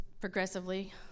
progressively